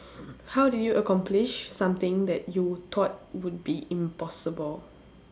how did you accomplish something that you thought would be impossible